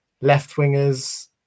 Left-wingers